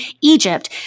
Egypt